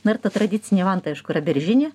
na ir ta tradicinė vanta aišku yra beržinė